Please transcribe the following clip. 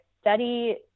study